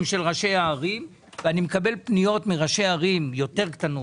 של ראשי הערים ואני מקבל פניות מראשי הערים ערים יותר קטנות,